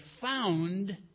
found